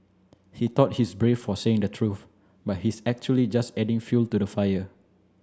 he thought he's brave for saying the truth but he's actually just adding fuel to the fire